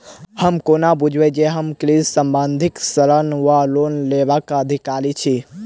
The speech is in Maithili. हम कोना बुझबै जे हम कृषि संबंधित ऋण वा लोन लेबाक अधिकारी छी?